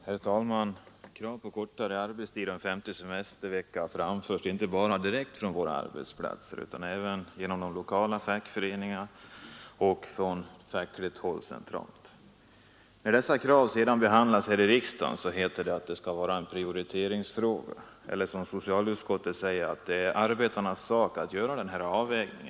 Herr talman! Krav på kortare arbetstid och en femte semestervecka framförs inte bara ute på arbetsplatserna utan även genom de lokala fackföreningarna och från centralt fackligt håll. När dessa krav sedan behandlas i riksdagen heter det att det är en prioriteringsfråga eller, som socialutskottet säger, att det är arbetstagarnas sak att göra denna avvägning.